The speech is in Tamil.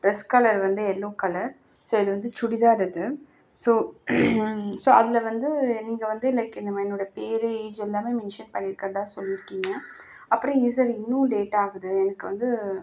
ட்ரெஸ் கலர் வந்து எல்லோ கலர் ஸோ இது வந்து சுடிதார் இது ஸோ ஸோ அதில் வந்து நீங்கள் வந்து இன்னைக்கு என் என்னோடய பேர் ஏஜ் எல்லாமே மென்ஷன் பண்ணியிருக்கறதா சொல்லியிருக்கீங்க அப்புறம் ஏன் சார் இன்னும் லேட்டாகுது எனக்கு வந்து